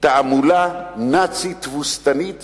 תעמולה נאצית תבוסתנית